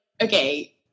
okay